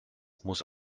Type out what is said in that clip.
muss